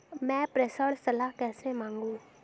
मैं प्रेषण सलाह कैसे मांगूं?